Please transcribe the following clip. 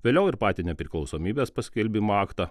vėliau ir patį nepriklausomybės paskelbimo aktą